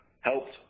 helped